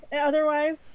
otherwise